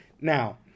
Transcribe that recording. Now